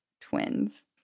twins